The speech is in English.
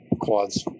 quads